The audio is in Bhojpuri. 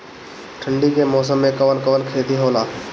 ठंडी के मौसम में कवन कवन खेती होला?